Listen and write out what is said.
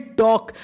talk